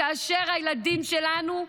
כאשר הילדים שלנו,